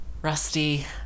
Rusty